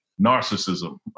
narcissism